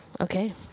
Okay